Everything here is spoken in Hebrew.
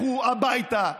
לכו הביתה.